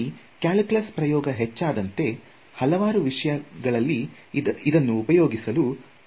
ಇಲ್ಲಿ ಕ್ಯಾಲ್ಕುಲಸ್ ಪ್ರಯೋಗ ಹೆಚ್ಚಾದಂತೆ ಹಲವಾರು ವಿಷಯಗಳಲ್ಲಿ ಇದನ್ನು ಉಪಯೋಗಿಸಲು ಪ್ರಾರಂಭಿಸಿದರು